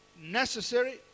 necessary